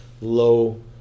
low